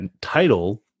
title